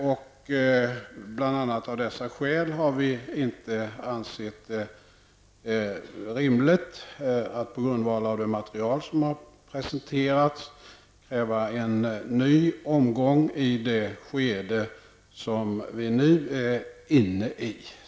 Av bl.a. dessa skäl har vi inte ansett det rimligt att på grundval av det material som har presenterats kräva en ny omgång i det skede vi nu är inne i.